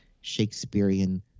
Shakespearean